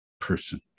person